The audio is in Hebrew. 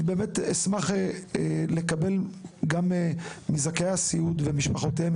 אשמח לקבל גם מזכאי הסיעוד ומשפחותיהם